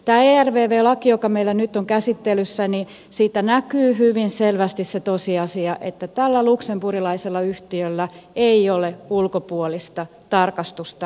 tästä ervv laista joka meillä nyt on käsittelyssä näkyy hyvin selvästi se tosiasia että tällä luxemburgilaisella yhtiöllä ei ole ulkopuolista tarkastusta lainkaan